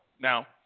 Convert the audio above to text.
now